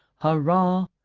hurrah!